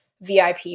VIP